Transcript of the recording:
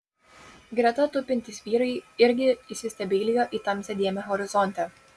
greta tupintys vyrai irgi įsistebeilijo į tamsią dėmę horizonte